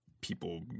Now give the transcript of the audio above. people